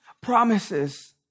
promises